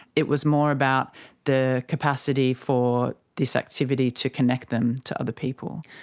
it was more about the capacity for this activity to connect them to other people.